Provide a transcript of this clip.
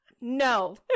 No